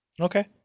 Okay